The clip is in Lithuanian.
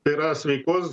tai yra sveikos